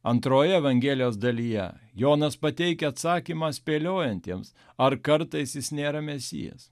antroje evangelijos dalyje jonas pateikia atsakymą spėliojantiems ar kartais jis nėra mesijas